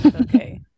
Okay